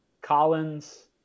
Collins